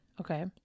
Okay